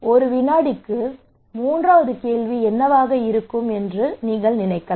ஒரு வினாடிக்கு மூன்றாவது கேள்விகள் என்னவென்று மக்கள் நினைக்கலாம்